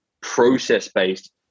process-based